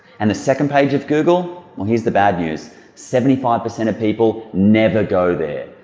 and the second page of google. well here's the bad news seventy five percent of people never go there.